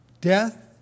death